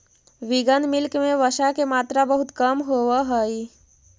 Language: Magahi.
विगन मिल्क में वसा के मात्रा बहुत कम होवऽ हइ